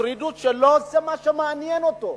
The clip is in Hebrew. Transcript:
השרידות שלו, זה מה שמעניין אותו,